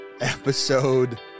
episode